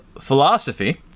Philosophy